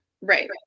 Right